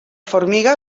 formiga